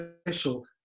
special